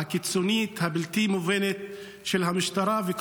הקיצונית והבלתי מובנת של המשטרה ושל